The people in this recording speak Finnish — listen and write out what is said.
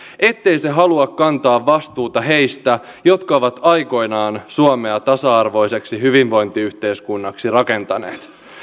ettei se halua kantaa vastuuta heistä jotka ovat aikoinaan suomea tasa arvoiseksi hyvinvointiyhteiskunnaksi rakentaneet